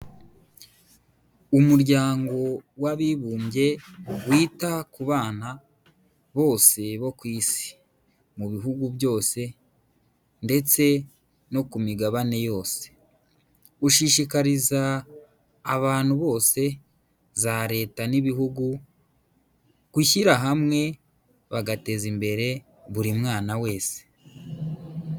Umuryango w'abibumbye wita ku bana bose bo ku Isi, mu bihugu byose ndetse no ku migabane yose, ushishikariza abantu bose za Leta n'ibihugu gushyira hamwe bagateza imbere buri mwana wese.